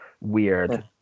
weird